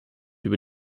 über